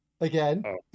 again